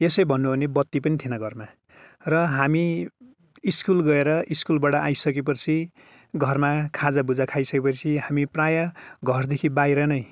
यसै भन्नु हो भने बत्ति पनि थिएन घरमा र हामी स्कुल गएर स्कुलबाट आइसके पछि घरमा खाजाभुजा खाइसके पछि हामी प्राय घरदेखि बाहिर नै